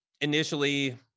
initially